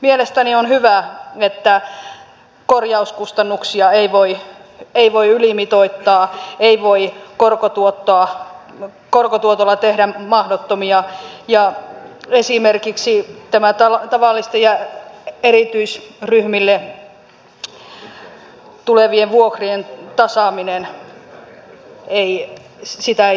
mielestäni on hyvä että korjauskustannuksia ei voi ylimitoittaa ei voi korkotuotolla tehdä mahdottomia ja esimerkiksi tavallisten ja erityisryhmille tulevien vuokrien tasaamista ei tehdä väärin